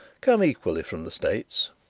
come equally from the states.